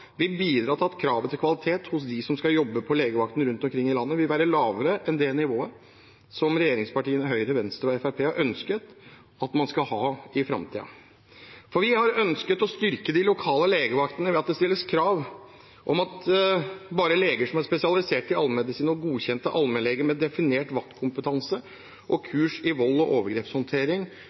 til at kravet til kvalitet hos dem som skal jobbe på legevaktene rundt omkring i landet, vil være lavere enn det nivået som regjeringspartiene, Høyre, Venstre og Fremskrittspartiet, har ønsket at man skal ha i framtiden. Vi har ønsket å styrke de lokale legevaktene ved at det stilles krav om at bare leger som er spesialisert i allmennmedisin, og godkjente allmennleger med definert vaktkompetanse og kurs i vold og overgrepshåndtering